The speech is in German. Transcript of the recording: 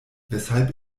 weshalb